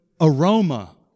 aroma